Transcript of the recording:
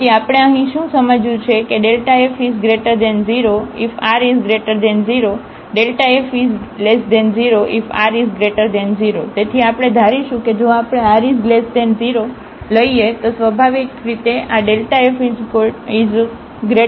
તેથી આપણે અહીં શું સમજ્યું છે કે f0ifr0 f0ifr0 તેથી આપણે ધારીશું કે જો આપણે r 0 લઈએ તો સ્વાભાવિક રીતે આ f 0